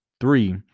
three